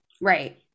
right